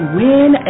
win